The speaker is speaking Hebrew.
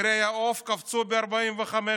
מחירי העוף קפצו ב-45%,